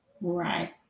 Right